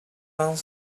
done